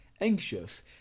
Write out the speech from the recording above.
anxious